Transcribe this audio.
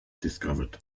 discovered